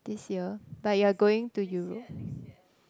this year but you are going to Europe